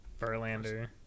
Verlander